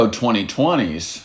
2020s